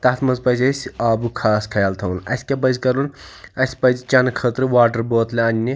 تَتھ منٛز پَزِ اسہِ آبُک خاص خیال تھاوُن اسہِ کیٛاہ پَزِ کَرُن اسہِ پَزِ چیٚنہٕ خٲطرٕ واٹَر بوتلہٕ اَننہِ